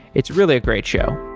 it's really a great show